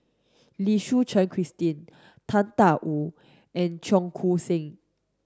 Lim Suchen Christine Tang Da Wu and Cheong Koon Seng